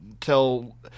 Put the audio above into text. Tell